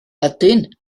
ydyn